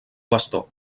bastó